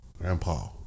grandpa